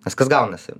viskas gaunasi